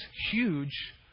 huge